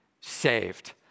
saved